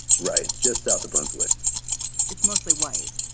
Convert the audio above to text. right? just south of brunswick it's mostly white,